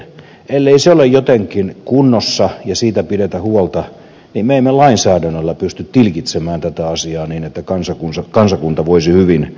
ellei se ole jotenkin kunnossa ja ellei siitä pidetä huolta niin me emme lainsäädännöllä pysty tilkitsemään tätä asiaa niin että kansakunta voisi hyvin